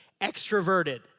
extroverted